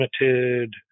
Limited